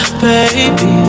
baby